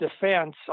defense